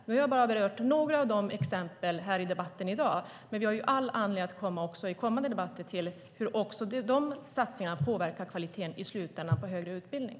Jag har här i debatten i dag bara berört några av alla exempel. Vi har all anledning att i kommande debatter återkomma till hur de satsningarna i slutändan påverkar kvaliteten på högre utbildning.